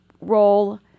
roll